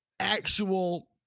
actual